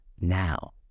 now